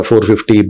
450